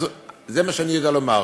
אז זה מה שאני יודע לומר.